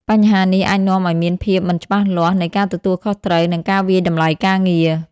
បញ្ហានេះអាចនាំឱ្យមានភាពមិនច្បាស់លាស់នៃការទទួលខុសត្រូវ និងការវាយតម្លៃការងារ។